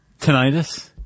tinnitus